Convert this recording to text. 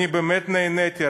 אני באמת נהניתי,